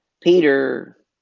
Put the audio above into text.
Peter